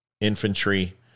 infantry